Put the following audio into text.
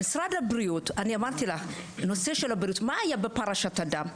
מה היה בפרשת הדם?